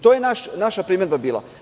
To je naša primedba bila.